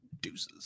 deuces